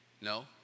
No